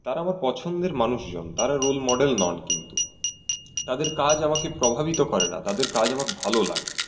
তারা আমার পছন্দের মানুষজন তারা রোল মডেল নন কিন্তু তাদের কাজ আমাকে প্রভাবিত করে না তাদের কাজ আমার ভালো লাগে